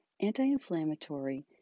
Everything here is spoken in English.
anti-inflammatory